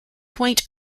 point